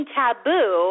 taboo